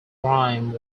rhyme